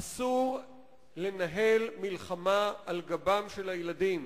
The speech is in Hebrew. אסור לנהל מלחמה על גבם של הילדים.